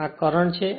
અને આ કરંટ છે